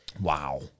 Wow